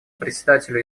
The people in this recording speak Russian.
представителю